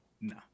no